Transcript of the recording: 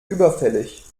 überfällig